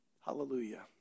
Hallelujah